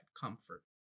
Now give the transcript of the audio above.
comfort